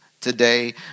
today